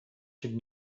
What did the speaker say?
should